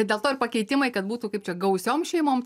dėl to ir pakeitimai kad būtų kaip čia gausiom šeimom